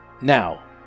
now